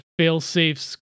failsafe's